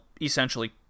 essentially